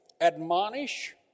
admonish